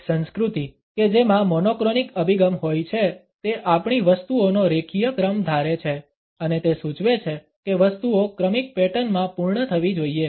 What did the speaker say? એક સંસ્કૃતિ કે જેમાં મોનોક્રોનિક અભિગમ હોય છે તે આપણી વસ્તુઓનો રેખીય ક્રમ ધારે છે અને તે સૂચવે છે કે વસ્તુઓ ક્રમિક પેટર્નમાં પૂર્ણ થવી જોઈએ